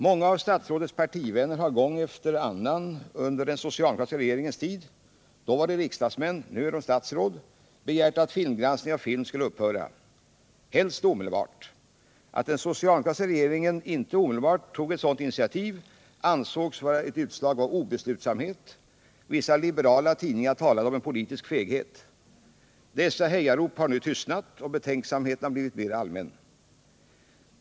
Många av statsrådets partivänner har gång efter annan under den socialdemokratiska regeringens tid — då var de riksdagsmän, nu är de statsråd — begärt att förhandsgranskningen av film skulle upphöra, helst omedelbart. Att den socialdemokratiska regeringen inte omedelbart tog ett sådant initiativ ansågs vara ett utslag av obeslutsamhet — vissa liberala tidningar talade om politisk feghet. Dessa hejarop har nu tystnat, och betänksamheten har blivit mer allmän.